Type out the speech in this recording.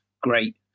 great